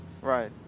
right